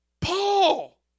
Paul